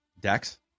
Dex